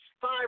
five